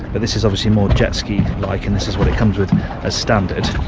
but this is obviously more jet ski-like, like and this is what it comes with as standard,